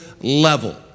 level